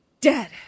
dead